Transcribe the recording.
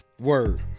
Word